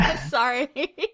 Sorry